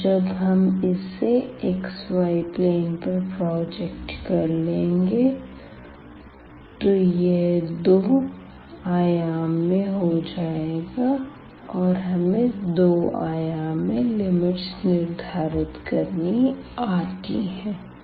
और जब हम इसे xy प्लेन पर प्रोजेक्ट कर लेंगे तो यह दो आयाम में हो जाएगा और हमें दो आयाम में लिमिट्स निर्धारित करना आता है